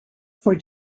for